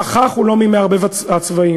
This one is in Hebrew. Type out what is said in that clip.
לא מהפחח ולא ממערבב הצבעים,